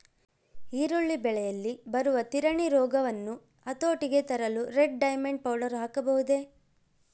ಈರುಳ್ಳಿ ಬೆಳೆಯಲ್ಲಿ ಬರುವ ತಿರಣಿ ರೋಗವನ್ನು ಹತೋಟಿಗೆ ತರಲು ರೆಡ್ ಡೈಮಂಡ್ ಪೌಡರ್ ಹಾಕಬಹುದೇ?